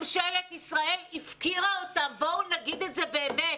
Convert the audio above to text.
ממשלת ישראל הפקירה אותם ובואו נגיד את זה באמת.